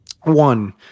One